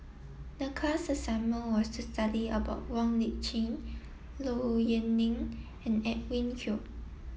the class assignment was to study about Wong Lip Chin Low Yen Ling and Edwin Koek